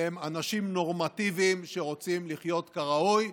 והם אנשים נורמטיביים שרוצים לחיות כראוי,